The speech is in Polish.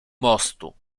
mostu